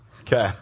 Okay